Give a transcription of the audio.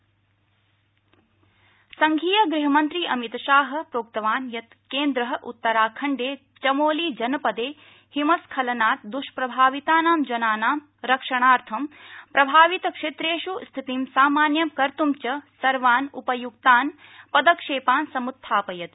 राज्यसभा अमितशाह संधीय गृहमन्त्री अमितशाह प्रोक्तवान् यत् केन्द्र उत्तराखण्डे चमोली जनपदे हिमस्खलनात् दृष्प्रभावितानां जनानां रक्षणार्थं प्रभावित क्षेत्रेष् स्थितिं सामान्यं कर्त्र् च सर्वान् उपयुक्तान् पदक्षेपान् समुत्थापयति